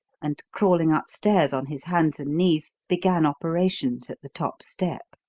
and crawling upstairs on his hands and knees, began operations at the top step.